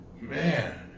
man